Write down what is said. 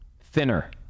Thinner